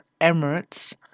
Emirates